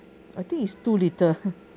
I think is too little